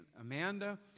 Amanda